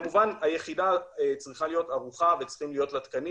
כמובן שהיחידה צריכה להיות ערוכה וצריכים להיות לה תקנים